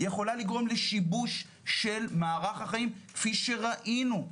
יכולה לגרום לשיבוש מערך החיים כפי שראינו.